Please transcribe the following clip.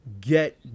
get